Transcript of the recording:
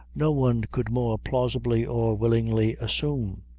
no one could more plausibly or willingly assume.